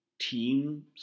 teams